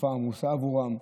תקופה עמוסה עבורם.